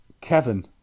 Kevin